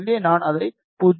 எனவே நான் அதை 0